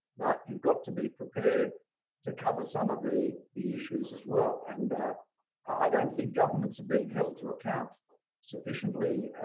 but you've got to be prepared to cover some of the the issues, as well. and i don't think governments are being held to account sufficiently.